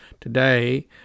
today